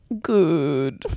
Good